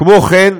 כמו כן,